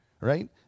right